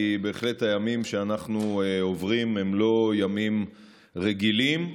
כי בהחלט הימים שאנחנו עוברים הם לא ימים רגילים.